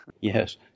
Yes